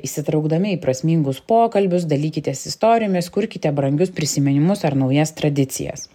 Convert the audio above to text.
įsitraukdami į prasmingus pokalbius dalykitės istorijomis kurkite brangius prisiminimus ar naujas tradicijas